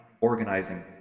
organizing